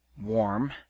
warm